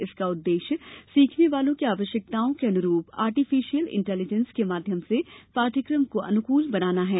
इसका उद्देश्य सीखने वाले की आवश्यकताओं के अनुरूप आर्टिफिशियल इंटेलिजेंस के माध्यम से पाठ्यक्रम को अनुकूल बनाना है